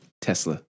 Tesla